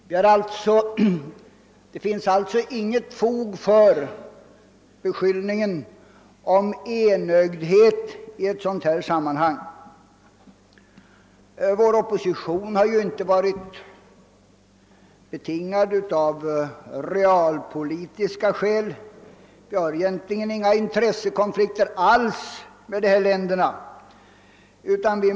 Det finns alltså inte i detta sammanhang något fog för beskyllningen om enögdhet. Vår opposition har inte varit betingad av realpolitiska skäl; vi har egentligen inga intressekonflikter alls med dessa länder.